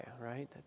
right